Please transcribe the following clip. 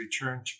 return